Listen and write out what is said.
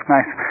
Nice